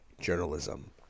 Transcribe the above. journalism